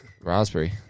Raspberry